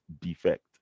defect